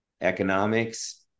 economics